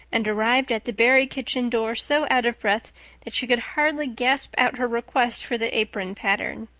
and arrived at the barry kitchen door so out of breath that she could hardly gasp out her request for the apron pattern.